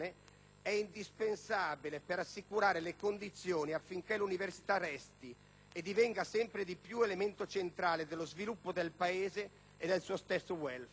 è indispensabile per assicurare le condizioni affinché l'università resti e divenga sempre di più elemento centrale dello sviluppo del Paese e del suo stesso *welfare*.